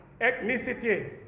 ethnicity